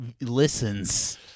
listens